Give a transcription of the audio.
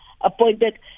appointed